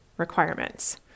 requirements